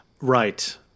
Right